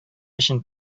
өчен